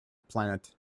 planet